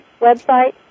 website